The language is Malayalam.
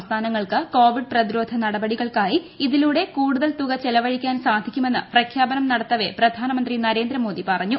സംസ്ഥാനങ്ങൾക്ക് കോവിഡ് പ്രതിരോധ നടപടികൾക്കായി ഇതിലൂടെ കൂടുതൽ തുക ചെലവഴിക്കാൻ സാധിക്കുമെന്ന് പ്രഖ്യാപനം നടത്തവെ പ്രധാനമന്ത്രി നരേന്ദ്രമോദി പറഞ്ഞു